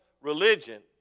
religion